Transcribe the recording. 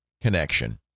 connection